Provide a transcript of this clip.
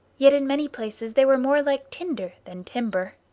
yet in many places they were more like tinder than timber.